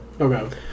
Okay